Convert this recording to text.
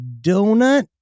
donut